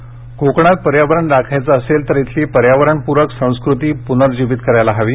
वन्यजीव सप्ताह कोकणात पर्यावरण राखायचं असेल तर इथली पर्यावरणपूरक संस्कृती प्रनर्जीवित करायला हवी